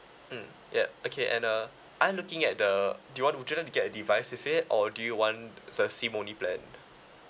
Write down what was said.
mm yup okay and uh I'm looking at the do you want would you like get a device with it or do you want the SIM only plan